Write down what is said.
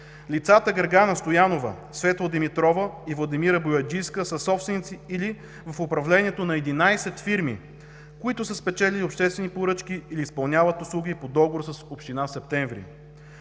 Лицата Гергана Стоянова, Светла Димитрова и Владимира Бояджийска са собственици или са в управлението на 11 фирми, които са спечелили обществени поръчки или изпълняват услуги по договор с община Септември.